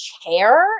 chair